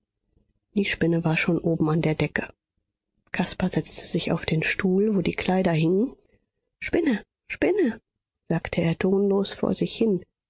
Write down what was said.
die spinne war schon oben an der decke caspar setzte sich auf den stuhl wo die kleider hingen spinne spinne sagte er tonlos vor sich hin